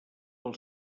pel